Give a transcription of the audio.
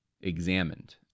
examined